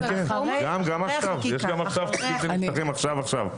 כן, כן גם עכשיו, גם גנים שנפתחים עכשיו עכשיו,